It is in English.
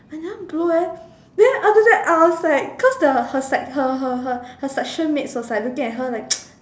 I never blow eh then after that I was like cause there was her sec~ her her her section mates was looking at her like